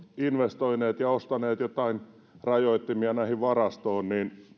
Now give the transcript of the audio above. investoineet ja ostaneet joitain rajoittimia varastoon